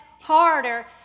harder